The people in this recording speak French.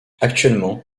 actuellement